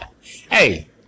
Hey